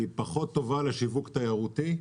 היא פחות טובה לשיווק תיירותי.